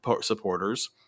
supporters